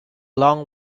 long